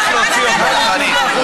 להוציא אותה מהמליאה.